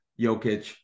Jokic